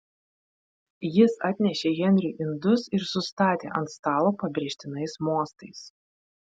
jis atnešė henriui indus ir sustatė ant stalo pabrėžtinais mostais